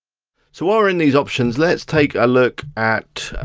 so while we're in these options, let's take a look at